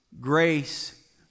grace